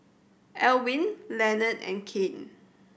Alwine Lenord and Kane